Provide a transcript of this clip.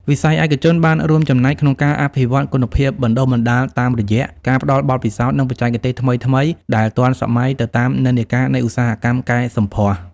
វិស័យឯកជនបានរួមចំណែកក្នុងការអភិវឌ្ឍគុណភាពបណ្តុះបណ្តាលតាមរយៈការផ្តល់បទពិសោធន៍ និងបច្ចេកទេសថ្មីៗដែលទាន់សម័យទៅតាមនិន្នាការនៃឧស្សាហកម្មកែសម្ផស្ស។